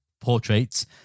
portraits